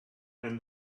and